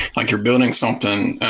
like you're building something.